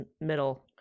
middle